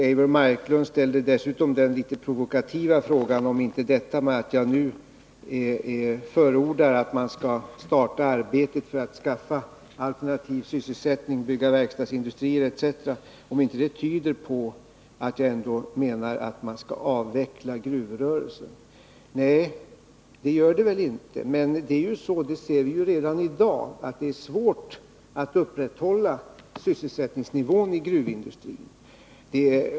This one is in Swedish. Eivor Marklund ställde dessutom den litet provokativa frågan om inte detta att jag nu förordar att man skall starta arbetet för att skaffa alternativ sysselsättning, bygga verkstadsindustrier etc., tyder på att jag ändå menar att man skall avveckla gruvrörelsen. Nej, det gör det väl inte. Men vi ser ju redan i dag att det är svårt att upprätthålla sysselsättningsnivån i gruvindustrin.